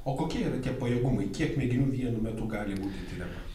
o kokie yra tie pajėgumai kiek mėginių vienu metu gali būti tiriama